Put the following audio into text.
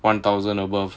one thousand above